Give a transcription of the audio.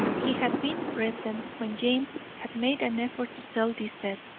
he had been present when james had made an effort to sell this set.